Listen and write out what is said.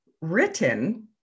written